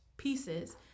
pieces